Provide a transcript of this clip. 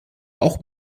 auch